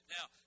Now